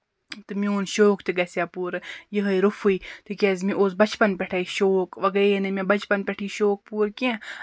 تہٕ میٛون شوق تہِ گژھِ ہے پوٗرٕ یِہَے روٚفٕے تِکیٛازِ مےٚ اوس بَچپَن پیٚٹھٕے شوق وۅنۍ گٔیے نہٕ مےٚ بَچپن پٮ۪ٹھٕے یہِ شوق پوٗرٕ کیٚنٛہہ